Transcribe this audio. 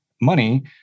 money